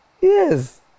Yes